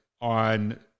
on